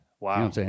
Wow